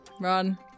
Run